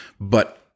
But-